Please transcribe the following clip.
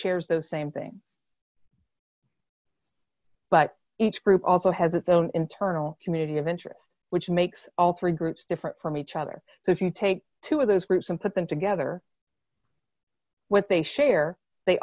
shares those same thing but each group also has its own internal community of interest which makes all three groups different from each other so if you take two of those groups and put them together what they share they